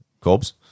Corb's